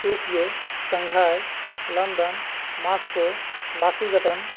Tokyo Shanghai London Moscow Washington